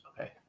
okay